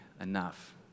enough